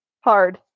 Hard